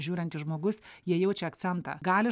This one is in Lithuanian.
žiūrintis žmogus jie jaučia akcentą gali